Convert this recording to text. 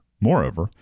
Moreover